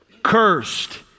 cursed